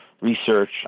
research